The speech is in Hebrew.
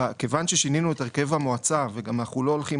כיוון ששינינו את הרכב המועצה ואנחנו גם לא הולכים